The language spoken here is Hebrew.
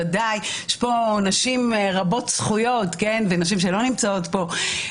יש פה נשים רבות זכויות ונשים שלא נמצאות פה,